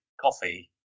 Coffee